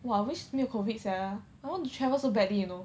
!wah! wish 没有 COVID sia I want to travel so badly you know